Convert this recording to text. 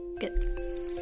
Good